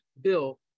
bill